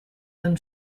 than